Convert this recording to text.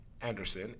Anderson